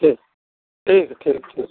ठीक ठीक है ठीक ठीक